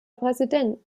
präsident